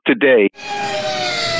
today